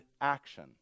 action